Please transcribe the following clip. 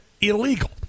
illegal